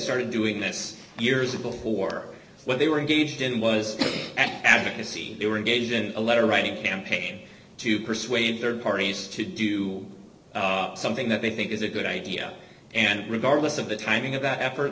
started doing this years ago who or what they were engaged in was at advocacy they were engaged in a letter writing campaign to persuade their parties to do something that they think is a good idea and regardless of the timing of that effort